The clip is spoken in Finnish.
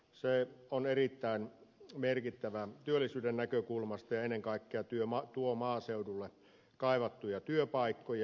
se on erittäin merkittävä työllisyyden näkökulmasta ja ennen kaikkea tuo maaseudulle kaivattuja työpaikkoja